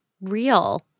real